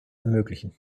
ermöglichen